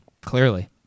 clearly